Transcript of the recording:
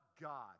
God